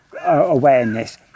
awareness